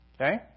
okay